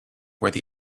where